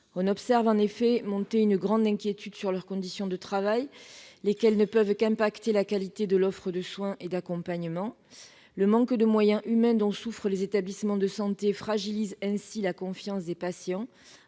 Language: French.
On observe en effet qu'une inquiétude grandit sur leurs conditions de travail, lesquelles ne peuvent qu'impacter la qualité de l'offre de soins et d'accompagnement. Le manque de moyens humains dont souffrent les établissements de santé fragilise ainsi la confiance des patients